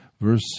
verse